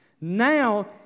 Now